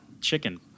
Chicken